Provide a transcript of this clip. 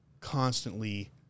constantly